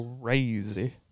Crazy